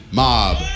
mob